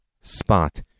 spot